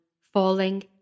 falling